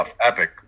Epic